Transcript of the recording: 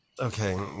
Okay